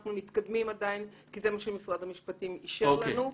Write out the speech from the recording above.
אנחנו מתקדמים עדיין כי זה מה שמשרד המשפטים אישר לנו.